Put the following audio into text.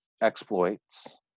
exploits